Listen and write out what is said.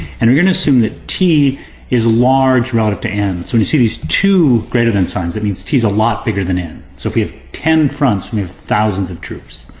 and we're going to assume that t is large relative to n, so you see these two greater than signs, that means t is a lot bigger than n. so if we have ten fronts, we may have thousands of troops.